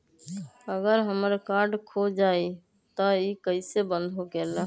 अगर हमर कार्ड खो जाई त इ कईसे बंद होकेला?